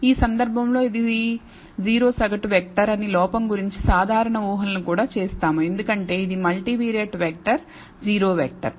ఈ సందర్భంలో ఇది 0 సగటు వెక్టర్ అని లోపం గురించి సాధారణ ఊహలను కూడా చేస్తాము ఎందుకంటే ఇది మల్టీవిరియట్ వెక్టర్ 0 వెక్టర్